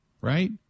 right